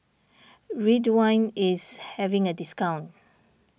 Ridwind is having a discount